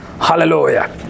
Hallelujah